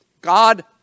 God